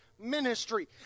Ministry